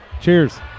cheers